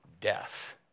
death